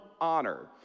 honor